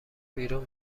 بیرون